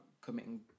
committing